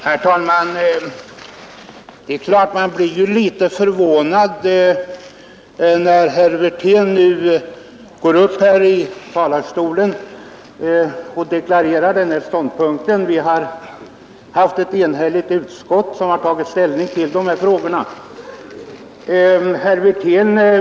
Herr talman! Man blir självfallet litet förvånad över den deklaration som herr Wirtén nu gjort. Utskottet har varit enhälligt när det tagit ställning till dessa frågor man nu diskuterar.